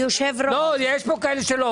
לא, יש פה כאלה שלא